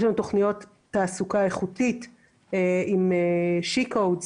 יש לנו תכניות תעסוקה איכותית עם she codes,